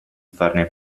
farne